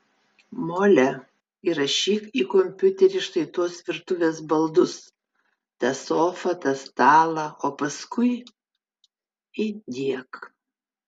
mole įrašyk į kompiuterį štai tuos virtuvės baldus tą sofą tą stalą o paskui įdiek